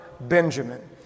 Benjamin